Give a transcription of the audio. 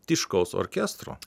tiškaus orkestro